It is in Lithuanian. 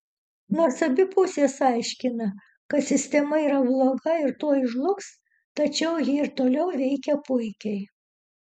nors abi pusės aiškina kad sistema yra bloga ir tuoj žlugs tačiau ji ir toliau veikia puikiai